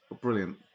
Brilliant